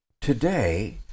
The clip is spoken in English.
Today